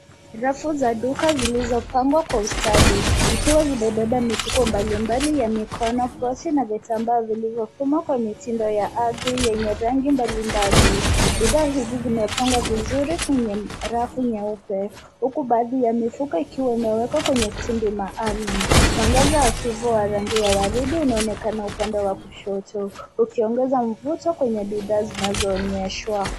Rafu za duka zilizopagwa kwa ustadi zikiwa zimebeba mifuko mbali mbali ya mikono basi na vitambaa vilivyofumwa kwa mitindo ya hadhi yenye rangi mbali mbali. Bidhaa hizi zimepagwa vizuri kwenye rafu nyeupe uku baadhi ya mifuko ikiwa imewekwa kwenye tindi maalum. Mwangaza hafifu wa rangi ya waridi unaonekana upande wa kushoto ukiogeza mvuto kwenye bidhaa zinazoonyeshwa.